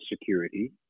security